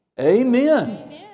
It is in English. Amen